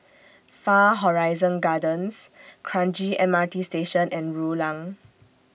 Far Horizon Gardens Kranji M R T Station and Rulang